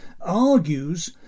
argues